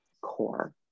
core